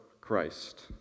Christ